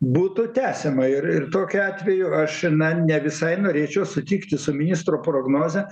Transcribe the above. būtų tęsiama ir ir tokiu atveju aš na ne visai norėčiau sutikti su ministro prognoze